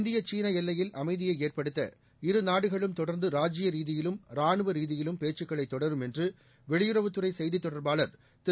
இந்திய சீன எல்லையில் அமைதியை ஏற்படுத்த இருநாடுகளும் தொடர்ந்து ராஜீய ரீதியிலும் ரானுவ ரீதியிலும் பேச்சுக்களை தொடரும் என்று வெளியுறவுத்துறை செய்தி தொடர்பாளர் திரு